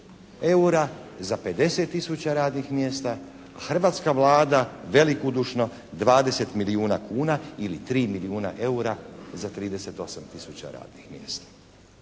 eura za 50 tisuća radnih mjesta a hrvatska Vlada velikodušno 20 milijuna kuna ili 3 milijuna eura za 38 tisuća radnih mjesta.